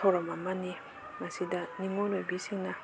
ꯊꯧꯔꯝ ꯑꯃꯅꯤ ꯃꯁꯤꯗ ꯅꯤꯡꯉꯣꯜ ꯑꯣꯏꯕꯤꯁꯤꯡꯅ